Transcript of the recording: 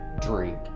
Drink